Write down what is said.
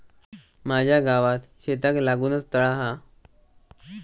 माझ्या गावात शेताक लागूनच तळा हा